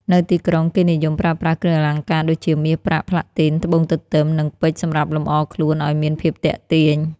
នៅទីក្រុងគេនិយមប្រើប្រាស់គ្រឿងអលង្ការដូចជា មាស ប្រាក់ ផ្លាទីន ត្បូងទទឹម និងពេជ្រសម្រាប់លំអខ្លួនអោយមានភាពទាក់ទាញ។